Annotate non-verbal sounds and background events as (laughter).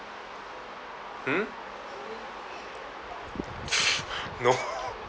hmm (laughs) no